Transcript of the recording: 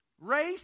race